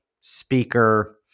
speaker